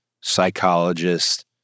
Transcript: psychologist